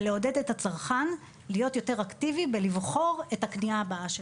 ולעודד את הצרכן להיות יותר אקטיבי בבחירת הקנייה הבאה שלו.